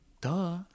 duh